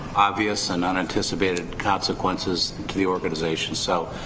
obvious and unanticipated consequences to the organization, so